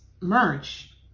merch